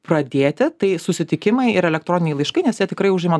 pradėti tai susitikimai ir elektroniniai laiškai nes jie tikrai užima